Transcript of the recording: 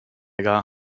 got